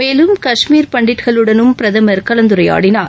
மேலும் கஷ்மீர் பண்டிட்களுடனும் பிரதமர் கலந்துரையாடினார்